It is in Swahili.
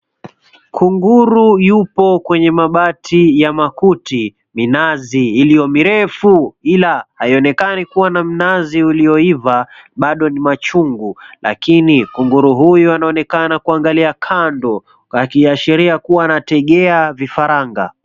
Kunguru yupo kwenye mabati ya makuti, minazi iliyo mirefu ila haionekani kuwa na mnazi uliyoiva bado ni machungu lakini kunguru huyu anaonekana kuangalia kando akiashiria anategea vifaranga.